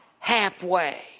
Halfway